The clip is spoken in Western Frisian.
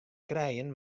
krijen